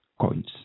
coins